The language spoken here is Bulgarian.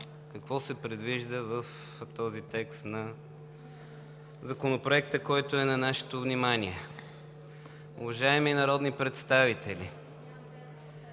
какво се предвижда в този текст на Законопроекта, който е на нашето внимание. Уважаеми народни представители,